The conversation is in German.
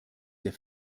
der